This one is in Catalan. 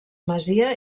masia